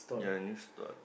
ya in this thought